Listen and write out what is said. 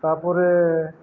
ତାପରେ